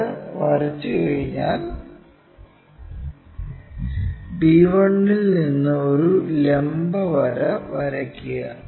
അത് വരച്ചുകഴിഞ്ഞാൽ b 1 ൽ നിന്ന് ഒരു ലംബ വര വരയ്ക്കുക